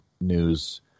news